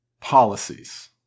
policies